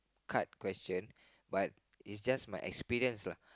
card question but it just my experience lah